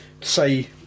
say